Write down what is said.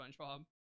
SpongeBob